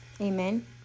Amen